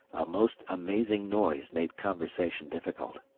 most amazing noise made conversation difficult.